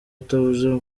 atavuze